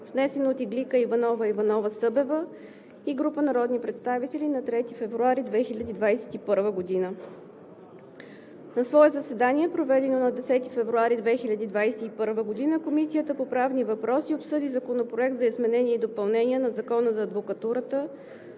внесен от Иглика Иванова Иванова-Събева и група народни представители на 3 февруари 2021 г. На свое заседание, проведено на 10 февруари 2021 г., Комисията по правни въпроси обсъди Законопроект за изменение и допълнение на Закона за адвокатурата,